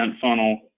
funnel